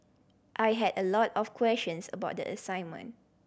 I had a lot of questions about the assignment